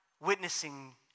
witnessing